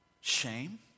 shame